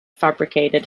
fabricated